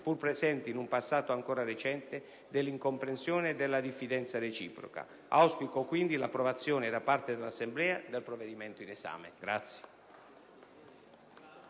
pur presenti in un passato ancora recente, dell'incomprensione e della diffidenza reciproca. Auspico quindi l'approvazione da parte dell'Assemblea del provvedimento in esame.